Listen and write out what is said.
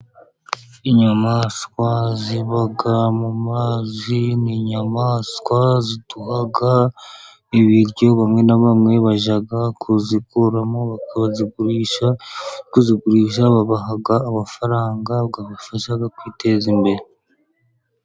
Inyamaswa ziba mu mazi ni inyamaswa ziduha ibiryo, bamwe na bamwe bajya kuzikuramo bakazigurisha, kuzigurisha babaha amafaranga abafasha kwiteza imbere.